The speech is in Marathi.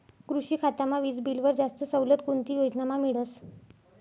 कृषी खातामा वीजबीलवर जास्त सवलत कोणती योजनामा मिळस?